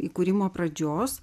įkūrimo pradžios